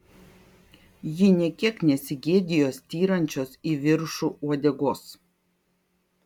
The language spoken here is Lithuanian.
ji nė kiek nesigėdijo styrančios į viršų uodegos